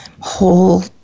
whole